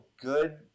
good